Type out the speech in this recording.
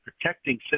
protecting